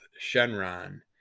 Shenron